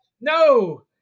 no